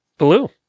Blue